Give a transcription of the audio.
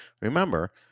remember